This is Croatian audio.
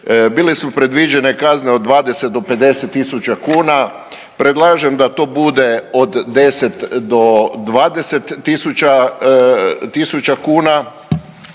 Bile su predviđene kazne od 20 do 50 000 kuna. Predlažem da to bude od 10 do 20 000 kuna,